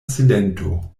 silento